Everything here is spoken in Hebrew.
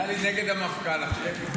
טלי, נגד המפכ"ל עכשיו.